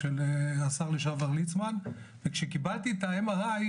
של השר לשעבר ליצמן וכשקיבלתי את ה-MRI,